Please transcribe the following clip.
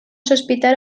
sospitar